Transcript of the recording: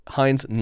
Heinz